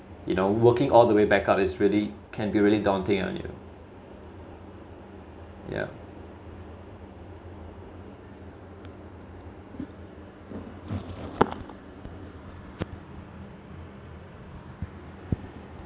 you know working all the way back up is really can be really daunting yeah